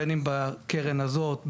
בין אם בקרן הזאת,